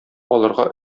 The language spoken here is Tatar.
алырга